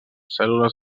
cèl·lules